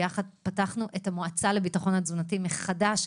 ביחד פתחנו את המועצה לביטחון התזונתי מחדש,